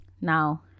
now